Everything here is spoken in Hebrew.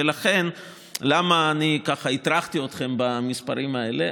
ולמה אני ככה הטרחתי אתכם במספרים האלה?